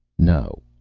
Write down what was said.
no.